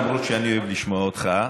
למרות שאני אוהב לשמוע אותך.